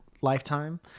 lifetime